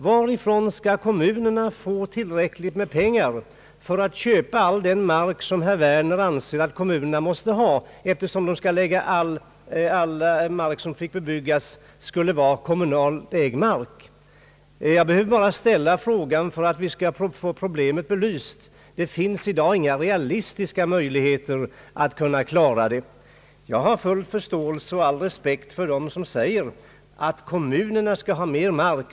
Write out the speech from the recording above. Varifrån skall kommunerna få tillräckligt med pengar för att köpa all den mark som herr Werner anser att kommunerna måste ha, eftersom all mark som får bebyggas skulle vara kommunalägd mark? Jag behöver bara ställa frågan för att vi skall få problemet belyst. Det finns i dag inga realistiska möjligheter att klara detta. Jag har full förståelse och all respekt för dem som säger att kommunerna skall ha mer mark.